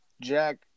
Jack